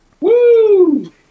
Woo